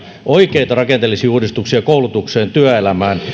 oikeita rakenteellisia uudistuksia koulutukseen työelämään